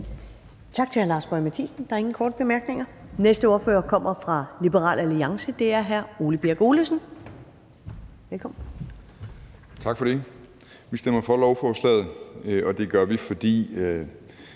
Tak til hr. Lars Boje Mathiesen. Der er ingen korte bemærkninger. Næste ordfører kommer fra Liberal Alliance, og det er hr. Ole Birk Olesen. Velkommen. Kl. 15:02 (Ordfører) Ole Birk Olesen (LA): Tak for det. Vi stemmer for lovforslaget, og det gør vi, fordi